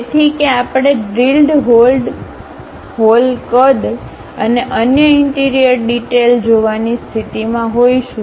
તેથી કે આપણે ડ્રિલ્ડ હોલ કદ અને અન્ય ઇન્ટિરિયર ડિટેઇલ જોવાની સ્થિતિમાં હોઈશું